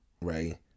Right